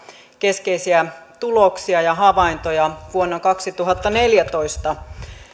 keskeisiä tuloksia ja havaintoja vuonna kaksituhattaneljätoista